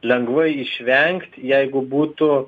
lengvai išvengt jeigu būtų